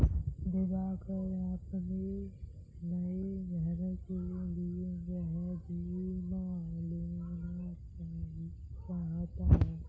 दिवाकर अपने नए घर के लिए गृह बीमा लेना चाहता है